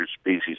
Species